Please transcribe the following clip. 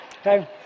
Okay